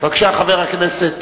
בבקשה, חבר הכנסת